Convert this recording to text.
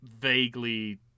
vaguely